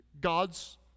God's